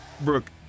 Brooke